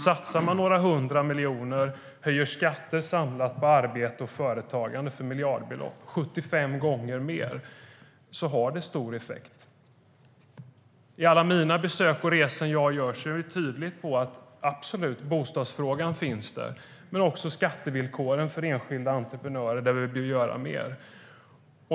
Satsar man några hundra miljoner och höjer skatter samlat på arbete och företagande för miljardbelopp, 75 gånger mer, har det stor effekt. I alla mina besök och på alla mina resor jag gör är det tydligt att bostadsfrågan finns där men också skattevillkoren för enskilda entreprenörer, där vi behöver göra mer.